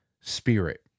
spirit